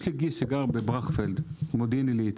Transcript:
יש לי גיס שגר בברכפלד במודיעין עלית.